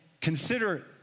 consider